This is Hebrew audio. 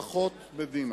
פחות מדינה.